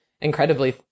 incredibly